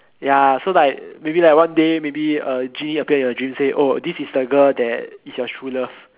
ya so like maybe like one day maybe a genie appear in your dreams say oh this is the girl that is your true love